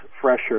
fresher